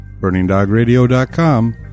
burningdogradio.com